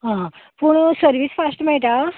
आं पूण service fast मेळटा